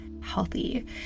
healthy